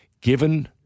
given